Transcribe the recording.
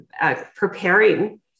preparing